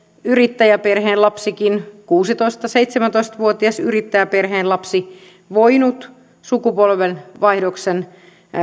yrittäjäperheen lapsikin kuusitoista viiva seitsemäntoista vuotias yrittäjäperheen lapsi voinut sukupolvenvaihdoksen